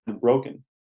broken